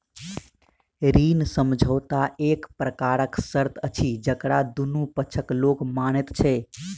ऋण समझौता एक प्रकारक शर्त अछि जकरा दुनू पक्षक लोक मानैत छै